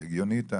ההגיונית,